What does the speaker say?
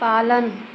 पालन